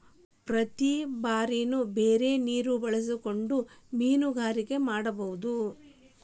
ಪ್ರತಿ ಬಾರಿನು ಬೇರೆ ನೇರ ಬಳಸಕೊಂಡ ಮೇನುಗಾರಿಕೆ ಮಾಡುದು